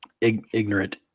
ignorant